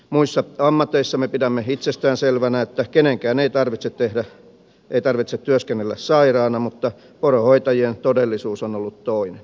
muissa ammateissa me pidämme itsestään selvänä että kenenkään ei tarvitse työskennellä sairaana mutta poronhoitajien todellisuus on ollut toinen